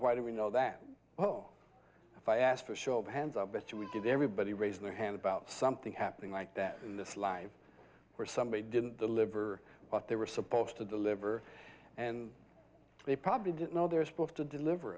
why do we know that oh if i asked for a show of hands of history did everybody raise their hand about something happening like that in this life where somebody didn't deliver what they were supposed to deliver and they probably didn't know they're supposed to deliver